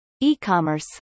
e-commerce